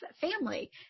family